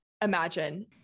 imagine